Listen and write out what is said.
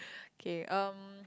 K um